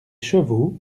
chevaux